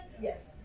Yes